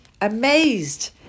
amazed